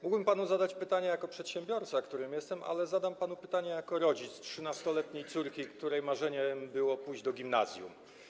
Mógłbym panu zadać pytanie jako przedsiębiorca, którym jestem, ale zadam panu pytanie jako rodzic 13-letniej córki, której marzeniem było pójść do gimnazjum.